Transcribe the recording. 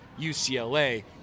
ucla